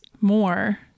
more